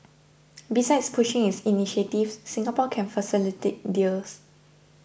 besides pushing its initiatives Singapore can facilitate deals